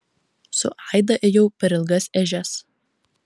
su aida ėjau per ilgas ežias